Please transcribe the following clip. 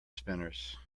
spinners